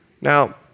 Now